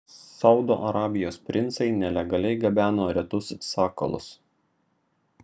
saudo arabijos princai nelegaliai gabeno retus sakalus